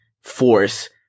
force